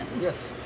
Yes